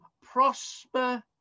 prosper